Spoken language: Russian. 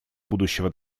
будущего